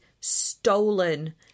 stolen